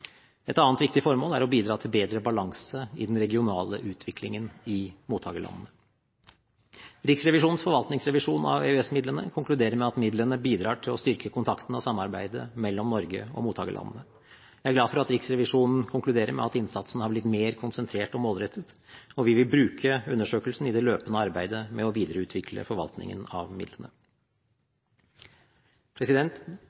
Et annet viktig formål er å bidra til bedre balanse i den regionale utviklingen i mottakerlandene. Riksrevisjonens forvaltningsrevisjon av EØS-midlene konkluderer med at midlene bidrar til å styrke kontakten og samarbeidet mellom Norge og mottakerlandene. Jeg er glad for at Riksrevisjonen konkluderer med at innsatsen har blitt mer konsentrert og målrettet. Vi vil bruke undersøkelsen i det løpende arbeidet med å videreutvikle forvaltningen av